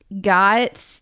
got